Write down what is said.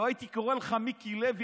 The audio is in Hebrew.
לא הייתי קורא לך מיקי לוי,